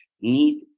need